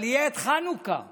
חנוכה יהיה,